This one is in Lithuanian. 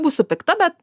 būsiu pikta bet